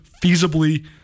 feasibly